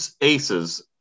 aces